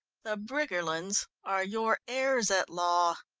the briggerlands are your heirs at law.